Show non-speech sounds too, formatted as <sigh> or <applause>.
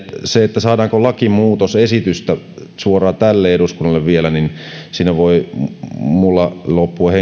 se että saadaanko lakimuutosesitystä suoraan vielä tälle eduskunnalle niin siinä voi minulla henkilökohtaisesti loppua <unintelligible>